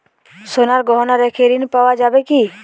সোনার গহনা রেখে ঋণ পাওয়া যাবে কি?